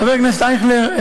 חבר הכנסת אייכלר,